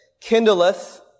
kindleth